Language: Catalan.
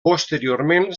posteriorment